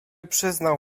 przyznał